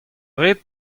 rit